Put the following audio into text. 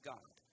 God